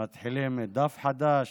מתחילים דף חדש.